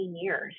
years